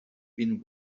been